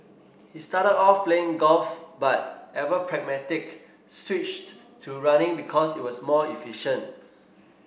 he started off playing golf but ever pragmatic switched to running because it was more efficient